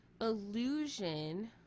illusion